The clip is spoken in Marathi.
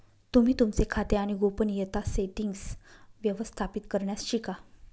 तुम्ही तुमचे खाते आणि गोपनीयता सेटीन्ग्स व्यवस्थापित करण्यास शिका